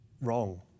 wrong